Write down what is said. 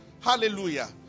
Hallelujah